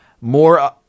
More